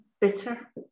bitter